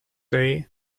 day